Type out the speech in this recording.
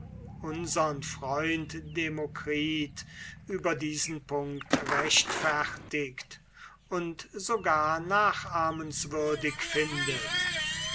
unsern freund demokritus über diesen punkt rechtfertigt und sogar nachahmenswürdig findet